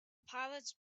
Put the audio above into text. pilots